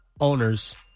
owners